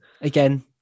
again